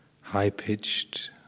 high-pitched